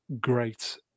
great